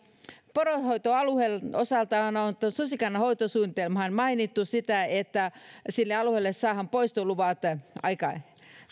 poronhoitoalueen osaltahan on susikannan hoitosuunnitelmaan mainittu että sille alueelle saadaan poistoluvat aika